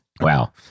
Wow